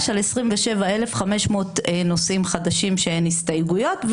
על 27,500 נושאים חדשים שהן הסתייגויות,